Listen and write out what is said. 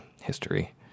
history